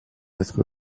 être